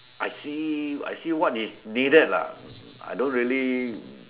I see I see what is needed lah I don't really